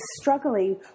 struggling